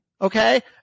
okay